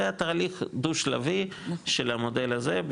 זה היה תהליך דו שלבי של המודל הזה,